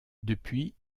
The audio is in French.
depuis